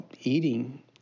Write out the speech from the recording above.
eating